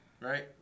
right